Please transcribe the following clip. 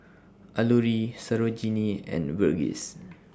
Alluri Sarojini and Verghese